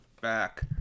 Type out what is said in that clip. back